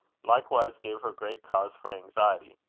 likewise gave her great cause for anxiety.